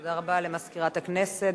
תודה רבה למזכירת הכנסת.